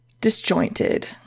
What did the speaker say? Disjointed